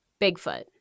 Bigfoot